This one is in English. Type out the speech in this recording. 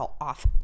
off